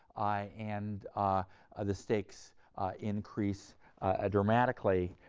and the stakes increase ah dramatically,